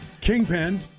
Kingpin